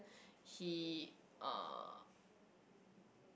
he uh